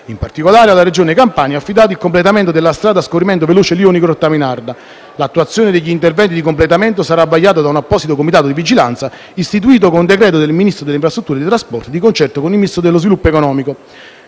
In particolare, alla Regione Campania è affidato il completamento della strada a scorrimento veloce Lioni-Grottaminarda. L'attuazione degli interventi di completamento sarà vagliato da un apposito comitato di vigilanza, istituito con decreto del Ministro delle infrastrutture e dei trasporti, di concerto con il Ministro dello sviluppo economico.